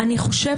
לכן לדעתי,